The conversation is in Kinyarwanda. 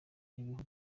n’ibihugu